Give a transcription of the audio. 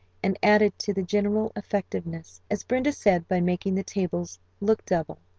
and added to the general effectiveness, as brenda said by making the tables look double.